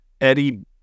Eddie